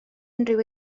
unrhyw